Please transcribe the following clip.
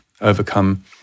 overcome